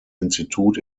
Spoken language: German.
institut